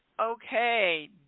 Okay